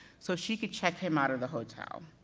so she could check him out of the hotel.